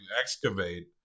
excavate